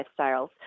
lifestyles